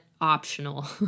optional